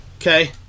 Okay